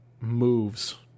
moves